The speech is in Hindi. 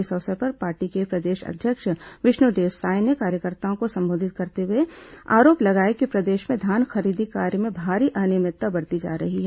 इस अवसर पर पार्टी के प्रदेश अध्यक्ष विष्णुदेव साय ने कार्यकर्ताओं को संबोधित करते हुए आरोप लगाया कि प्रदेश में धान खरीदी कार्य में भारी अनियमितता बरती जा रही है